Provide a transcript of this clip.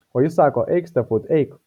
o jis sako eik stefut eik